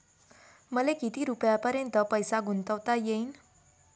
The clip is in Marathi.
मले किती रुपयापर्यंत पैसा गुंतवता येईन?